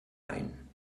ein